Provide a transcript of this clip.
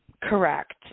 Correct